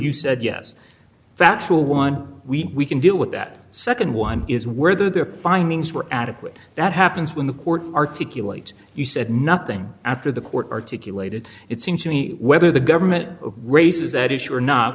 you said yes factual one we can deal with that nd one is where the findings were adequate that happens when the court articulate you said nothing after the court articulated it seems to me whether the government raises that issue or not